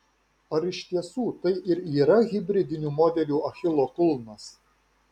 ar iš tiesų tai ir yra hibridinių modelių achilo kulnas